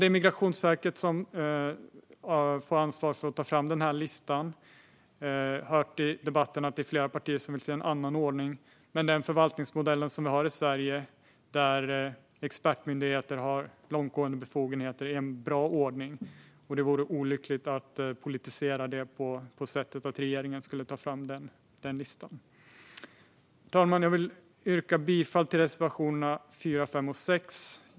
Det är Migrationsverket som får ansvar för att ta fram den här listan. Vi har i debatten hört att flera partier vill se en annan ordning. Den förvaltningsmodell vi har i Sverige där expertmyndigheter har långtgående befogenheter är dock en bra ordning. Det vore olyckligt att politisera detta genom att låta regeringen ta fram listan. Herr talman! Jag vill yrka bifall till reservationerna 4, 5 och 6.